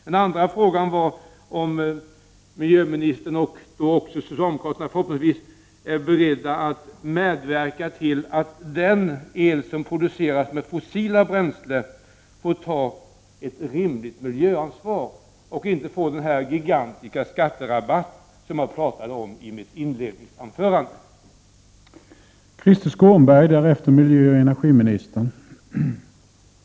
Fråga nr 2 löd: Är miljöministern och socialdemokraterna beredda att medverka till att den el som produceras med fossila bränslen får ta ett rimligt miljöansvar i stället för den gigantiska skatterabatt som jag talade om i mitt inledningsanförande? Birgitta Dahl talade om de beslut som skall fattas 1990. Min fråga är: Kommer en proposition att avlämnas i sådan tid att riksdagen kommer att kunna fatta beslut kring den s.k. kontrollstationen 1990?